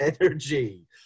energy